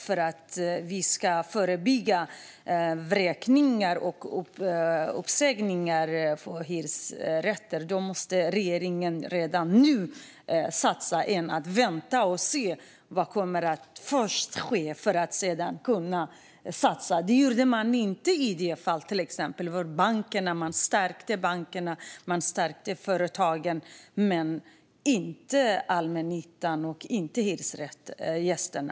För att vi ska förebygga vräkningar och uppsägningar av hyresgäster måste regeringen satsa redan nu och inte vänta och se vad som kommer att ske. Så gjorde man inte när det gällde bankerna. Man stärkte bankerna, och man stärkte företagen men inte allmännyttan och inte hyresgästerna.